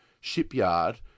shipyard